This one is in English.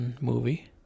movie